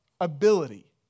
ability